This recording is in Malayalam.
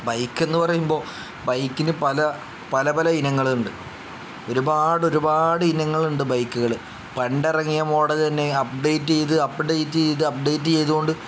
ബൈക്ക് എന്ന് പറയുമ്പോൾ ബൈക്കിന് പല പല പല ഇനങ്ങൾ ഉണ്ട് ഒരുപാട് ഒരുപാട് ഇനങ്ങൾ ഉണ്ട് ബൈക്കുകൾ പണ്ട് ഇറങ്ങിയ മോഡൽ തന്നെ അപ്ഡേറ്റ് ചെയ്ത് അപ്ഡേറ്റ് ചെയ്ത് അപ്ഡേറ്റ് ചെയ്ത് കൊണ്ട്